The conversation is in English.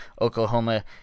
Oklahoma